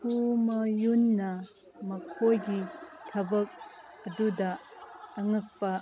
ꯍꯨ ꯃꯌꯨꯟꯅ ꯃꯈꯣꯏꯒꯤ ꯊꯕꯛ ꯑꯗꯨꯗ ꯑꯉꯛꯄ